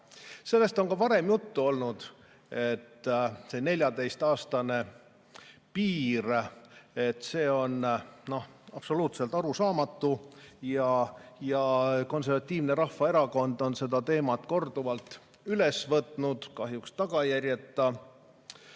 on ka varem juttu olnud, et see 14 aasta piir on absoluutselt arusaamatu. Konservatiivne Rahvaerakond on seda teemat korduvalt üles võtnud, kahjuks tagajärjeta,